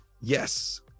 yes